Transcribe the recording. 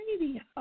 radio